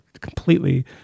completely